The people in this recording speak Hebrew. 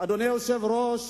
אדוני היושב-ראש,